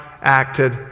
acted